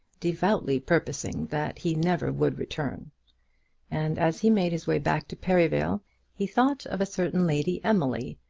devoutly purposing that he never would return and as he made his way back to perivale he thought of a certain lady emily,